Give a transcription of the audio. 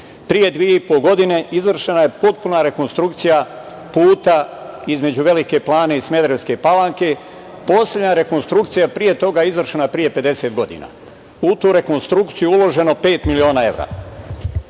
i po godine izvršena je potpuna rekonstrukcija puta između Velike Plane i Smederevske Palanke. Poslednja rekonstrukcija pre toga je izvršena pre 50 godina. U tu rekonstrukciju je uloženo pet miliona evra. Pre